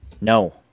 No